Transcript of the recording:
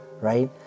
right